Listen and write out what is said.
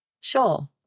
Sure